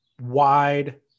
wide